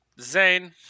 Zane